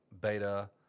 Beta